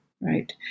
right